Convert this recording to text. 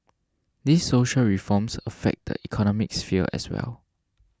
these social reforms affect the economic sphere as well